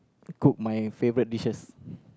cook my favourite dishes